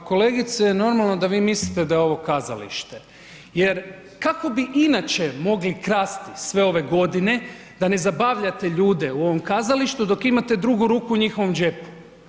Pa kolegice, normalno da vi mislite da je ovo kazalište jer kako bi inače mogli krasti sve ove godine da ne zabavljate ljude u ovom kazalištu dok imate drugu ruku u njihovom džepu?